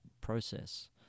process